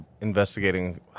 investigating